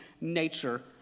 nature